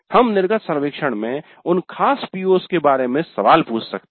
हम निर्गत सर्वेक्षण में उन खास PO's के बारे में सवाल पूछ सकते हैं